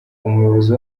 umuyobozi